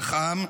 רצח עם,